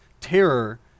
terror